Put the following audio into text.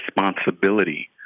responsibility